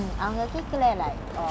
it can be a good and bad thing lah